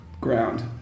ground